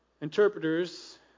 Interpreters